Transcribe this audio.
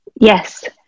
Yes